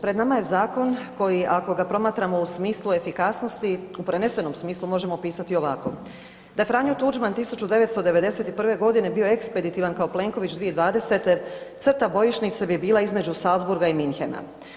Pred nama je zakon koji ako ga promatramo u smislu efikasnosti, u prenesenom smislu možemo opisati ovako, da je Franjo Tuđman 1991.g. bio ekspeditivan kao Plenković 2020. crta bojišnice bi bila između Salzburga i Munchena.